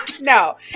No